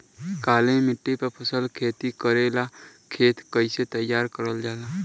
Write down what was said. काली मिट्टी पर फसल खेती करेला खेत के कइसे तैयार करल जाला?